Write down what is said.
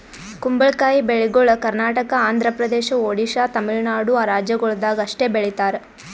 ಕುಂಬಳಕಾಯಿ ಬೆಳಿಗೊಳ್ ಕರ್ನಾಟಕ, ಆಂಧ್ರ ಪ್ರದೇಶ, ಒಡಿಶಾ, ತಮಿಳುನಾಡು ರಾಜ್ಯಗೊಳ್ದಾಗ್ ಅಷ್ಟೆ ಬೆಳೀತಾರ್